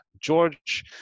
George